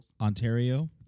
Ontario